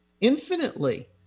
infinitely